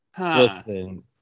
Listen